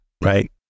right